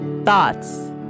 Thoughts